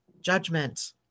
judgment